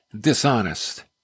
dishonest